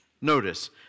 Notice